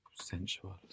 Sensual